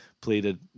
pleaded